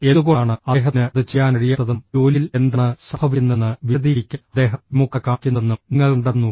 എന്തുകൊണ്ടാണ് അദ്ദേഹത്തിന് അത് ചെയ്യാൻ കഴിയാത്തതെന്നും ജോലിയിൽ എന്താണ് സംഭവിക്കുന്നതെന്ന് വിശദീകരിക്കാൻ അദ്ദേഹം വിമുഖത കാണിക്കുന്നതെന്നും നിങ്ങൾ കണ്ടെത്തുന്നു